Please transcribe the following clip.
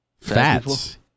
fats